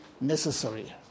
necessary